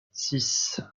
six